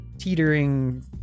teetering